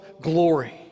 glory